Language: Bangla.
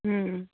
হুম